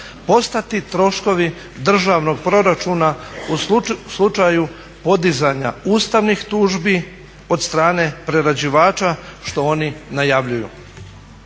postati troškovi državnog proračuna u slučaju podizanja ustavnih tužbi od strane prerađivača što oni najavljuju?